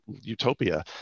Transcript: utopia